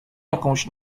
jakąś